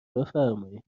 بفرمایین